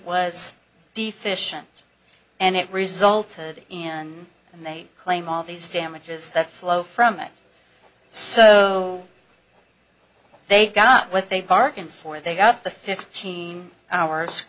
was deficient and it resulted in and they claim all these damages that flow from it so they got what they bargained for they got the fifteen hours